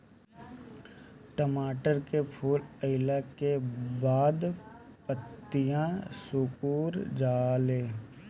टमाटर में फूल अईला के बाद पतईया सुकुर जाले?